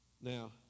Now